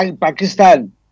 Pakistan